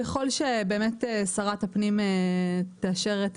ככל ששרת הפנים תאשר.